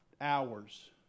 hours